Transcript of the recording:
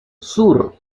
sur